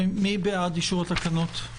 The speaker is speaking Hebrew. מי בעד אישור התקנות?